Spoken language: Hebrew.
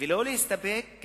ולא להסתפק,